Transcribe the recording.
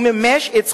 הוא מימש את זכותו.